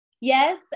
yes